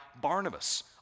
Barnabas